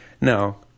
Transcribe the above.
Now